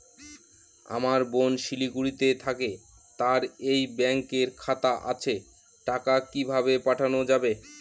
আমার বোন শিলিগুড়িতে থাকে তার এই ব্যঙকের খাতা আছে টাকা কি ভাবে পাঠানো যাবে?